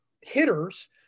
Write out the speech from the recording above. hitters